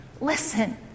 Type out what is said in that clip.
listen